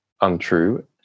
untrue